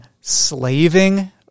slaving